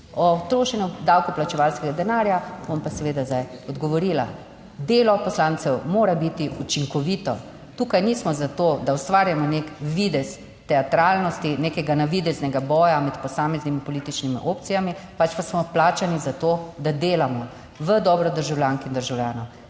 O trošenju davkoplačevalskega denarja bom pa seveda zdaj odgovorila: delo poslancev mora biti učinkovito, tukaj nismo za to, da ustvarjamo nek videz teatralnosti, nekega navideznega boja med posameznimi političnimi opcijami, pač pa smo plačani za to, da delamo v dobro državljank in državljanov,